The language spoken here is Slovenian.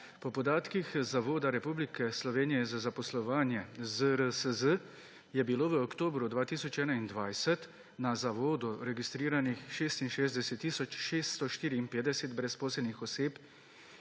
Po podatkih Zavoda Republike Slovenije za zaposlovanje (ZRSZ) je bilo v oktobru 2021 na Zavodu registriranih 66 tisoč 654 brezposelnih oseb